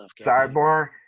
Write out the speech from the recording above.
Sidebar